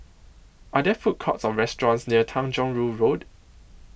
Are There Food Courts Or restaurants near Tanjong Rhu Road